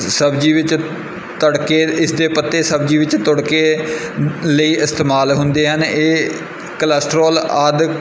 ਸਬਜ਼ੀ ਵਿੱਚ ਤੜਕੇ ਇਸ ਦੇ ਪੱਤੇ ਸਬਜ਼ੀ ਵਿੱਚ ਤੁੜਕੇ ਲਈ ਇਸਤੇਮਾਲ ਹੁੰਦੇ ਹਨ ਇਹ ਕਲੈਸਟਰੋਲ ਆਦਿ